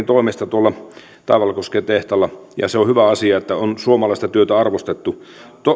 toimesta tuolla taivalkosken tehtaalla ja on hyvä asia että on suomalaista työtä arvostettu